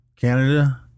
Canada